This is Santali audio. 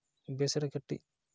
ᱵᱮᱥ ᱨᱮ ᱠᱟᱹᱴᱤᱡ